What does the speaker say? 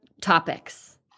topics